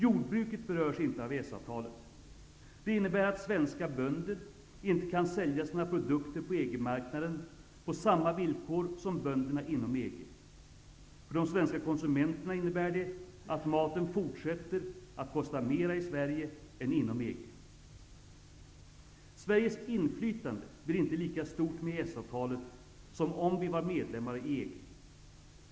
Jordbruket berörs inte av EES-avtalet. Det innebär att svenska bönder inte kan sälja sina produkter på EG-marknaden på samma villkor som bönderna inom EG. För de svenska konsumenterna innebär det att maten fortsätter att kosta mera i Sverige än inom EG. Sveriges inflytande blir inte lika stort med EES avtalet som om vi var medlemmar i EG.